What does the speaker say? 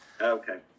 Okay